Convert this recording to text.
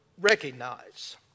recognize